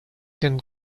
can